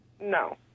No